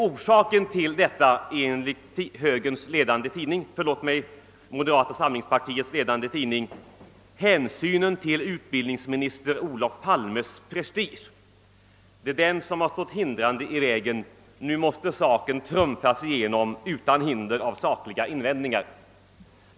Orsaken härtill var enligt moderata samlingspartiets ledande tidning hänsynen till utbildningsminister Olof Palmes prestige. Det är den som stått hindrande i vägen; nu måste saken trumfas igenom utan hinder av sakliga invändningar.